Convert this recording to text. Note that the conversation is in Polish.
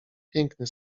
piękny